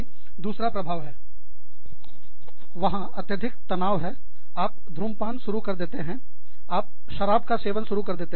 पुन दूसरा प्रभाव है वहां अत्यधिक तनाव है आप धूम्रपान शुरू कर देते हैंआप शराब का सेवन शुरू कर देते